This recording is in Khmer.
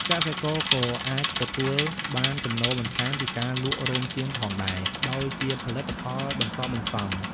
កសិករក៏អាចទទួលបានចំណូលបន្ថែមពីការលក់រោមចៀមផងដែរ ដែលជាផលិតផលបន្ទាប់បន្សំ។